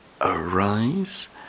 arise